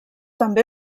també